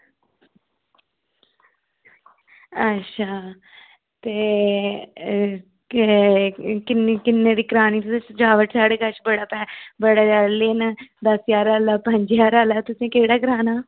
अच्छा ते किन्ने दी करावानी तुसें सजाबट साढ़े कश बड़ा ज्यादा ना दस ज्हार आहला पंज ज्हार आहला तुसें केह्ड़ा करवाना